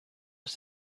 was